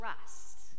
trust